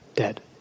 Dead